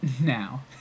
now